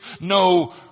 no